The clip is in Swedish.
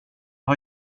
har